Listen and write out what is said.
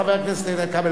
חבר הכנסת כבל,